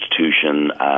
institution